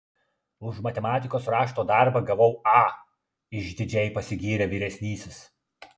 už matematikos rašto darbą gavau a išdidžiai pasigyrė vyresnysis